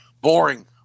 boring